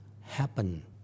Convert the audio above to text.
happen